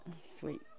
sweet